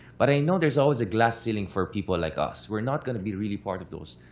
but i know there's always a glass ceiling for people like us. we're not going to be really part of those,